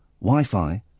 Wi-Fi